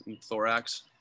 thorax